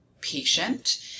patient